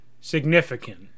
significant